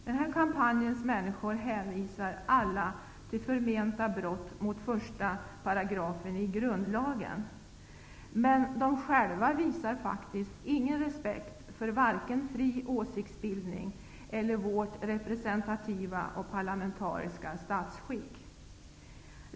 Den här kampanjens människor hänvisar alla till förmenta brott mot 1 kap. 1 § i Regeringsformen, men själva visar de faktiskt ingen respekt för vare sig fri åsiktsbildning eller vårt representativa och parlamentariska statsskick.